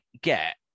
get